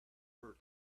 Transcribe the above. her